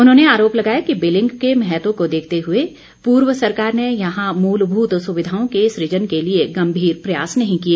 उन्होंने आरोप लगाया कि बिलिंग के महत्व को देखते हुए पूर्व सरकार ने यहां मूलभूत सुविधाओं के सृजन के लिए गम्भीर प्रयास नहीं किए